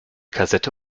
kassette